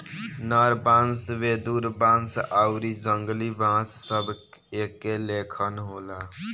नर बांस, वेदुर बांस आउरी जंगली बांस सब एके लेखन होला